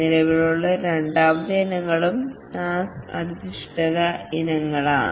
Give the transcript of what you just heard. നിലവിലുള്ള രണ്ടാമത്തെ ഇനങ്ങളും ടാസ്ക് അധിഷ്ഠിത ഇനങ്ങളാണ്